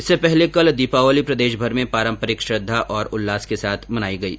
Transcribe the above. इससे पहले कल दीपावली प्रदेशभर में पारम्परिक श्रद्धा और उल्लास के साथ मनाई गयी